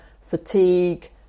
fatigue